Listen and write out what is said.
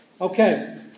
Okay